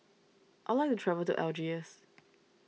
I like travel to Algiers